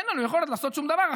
אין לנו יכולת לעשות שום דבר.